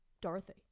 Dorothy